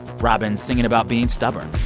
robyn singing about being stubborn